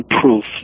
proof